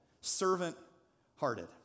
servant-hearted